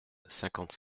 cinquante